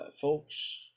folks